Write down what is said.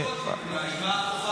טלי גוטליב אולי, היא בא כוחה של הסיעה.